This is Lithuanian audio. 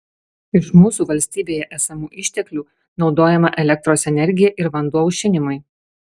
iš mūsų valstybėje esamų išteklių naudojama elektros energija ir vanduo aušinimui